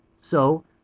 So